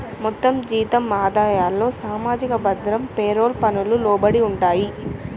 మొత్తం జీతం ఆదాయాలు సామాజిక భద్రత పేరోల్ పన్నుకు లోబడి ఉంటాయి